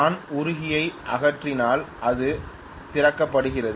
நான் உருகியை அகற்றினால் அது திறக்கப்படுகிறது